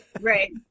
Right